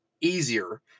easier